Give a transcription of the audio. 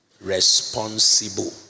responsible